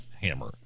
hammer